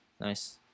Nice